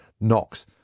knocks